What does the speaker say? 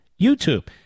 YouTube